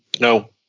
No